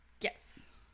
Yes